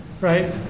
right